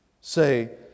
say